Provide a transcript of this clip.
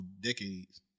decades